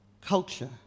culture